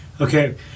Okay